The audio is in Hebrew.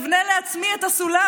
אבנה לעצמי את הסולם.